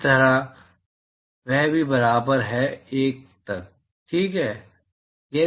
इसी तरह वह भी बराबर है 1 तक ठीक है